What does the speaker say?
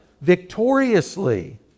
Victoriously